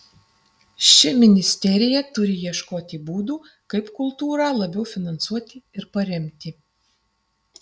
ši ministerija turi ieškoti būdų kaip kultūrą labiau finansuoti ir paremti